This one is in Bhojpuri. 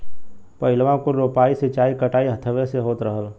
पहिलवाँ कुल रोपाइ, सींचाई, कटाई हथवे से होत रहल